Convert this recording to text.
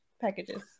packages